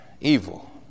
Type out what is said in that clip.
evil